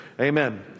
amen